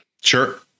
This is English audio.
Sure